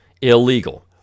illegal